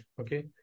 okay